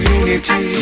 unity